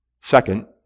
Second